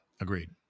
Agreed